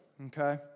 okay